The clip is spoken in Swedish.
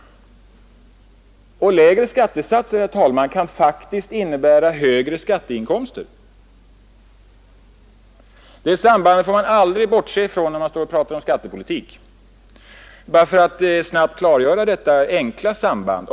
Och lägre skattesatser, herr talman, kan faktiskt innebära högre skatteinkomster. Det sambandet får man aldrig bortse ifrån när man talar om skattepolitik. Får jag snabbt klargöra detta enkla samband.